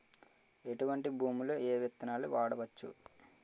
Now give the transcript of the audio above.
ఎటువంటి భూమిలో ఏ విత్తనాలు వాడవచ్చు?